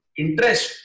interest